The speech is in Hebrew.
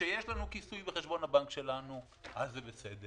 כאשר יש לנו כיסוי בחשבון הבנק שלנו אז זה בסדר,